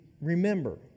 remember